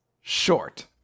short